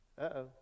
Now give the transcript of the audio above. uh-oh